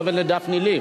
אתה מתכוון לדפני ליף?